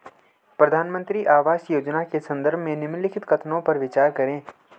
प्रधानमंत्री आवास योजना के संदर्भ में निम्नलिखित कथनों पर विचार करें?